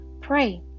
Pray